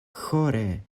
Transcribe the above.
ĥore